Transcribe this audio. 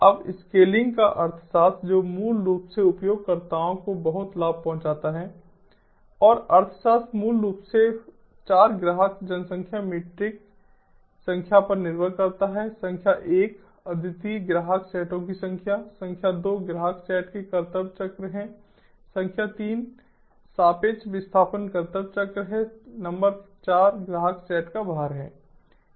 अब स्केलिंग का अर्थशास्त्र जो मूल रूप से उपयोगकर्ताओं को बहुत लाभ पहुंचाता है और अर्थशास्त्र मूल रूप से 4 ग्राहक जनसंख्या मीट्रिक संख्या पर निर्भर करता है संख्या 1 अद्वितीय ग्राहक सेटों की संख्या संख्या 2 ग्राहक सेट का कर्तव्य चक्र है संख्या 3 सापेक्ष विस्थापन कर्तव्य चक्र है नंबर 4 ग्राहक सेट का भार है